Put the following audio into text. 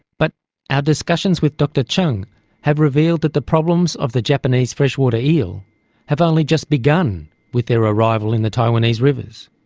but our discussions with dr zhang have revealed that the problems of the japanese freshwater eel have only just begun with their arrival in the taiwanese rivers.